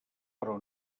però